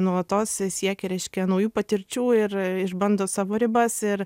nuolatos siekia reiškia naujų patirčių ir išbando savo ribas ir